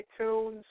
iTunes